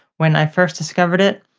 when i first discovered it,